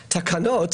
השנייה.